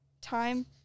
time